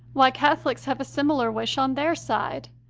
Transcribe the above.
why, cath olics have a similar wish on their side!